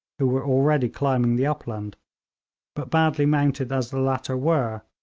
who were already climbing the upland but badly mounted as the latter were,